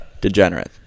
degenerate